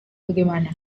bagaimana